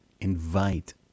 invite